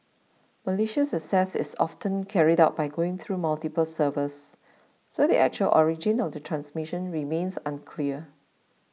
malicious access is often carried out by going through multiple servers so the actual origin of the transmission remains unclear